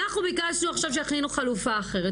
אנחנו ביקשנו עכשיו שיכינו חלופה אחרת.